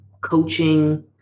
coaching